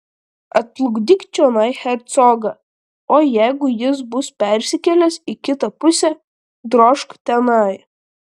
atplukdyk čionai hercogą o jeigu jis bus persikėlęs į kitą pusę drožk tenai